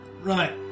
Right